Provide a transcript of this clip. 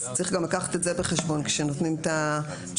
צריך גם לקחת את זה בחשבון כשנותנים את התשובות.